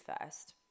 first